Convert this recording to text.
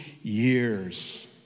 years